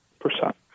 percent